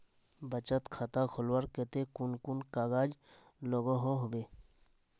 बचत खाता खोलवार केते कुन कुन कागज लागोहो होबे?